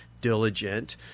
diligent